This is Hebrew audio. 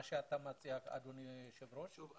מה שאתה מציע, אדוני היושב ראש?